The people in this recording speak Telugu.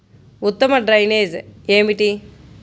ఉత్తమ డ్రైనేజ్ ఏమిటి?